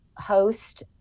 host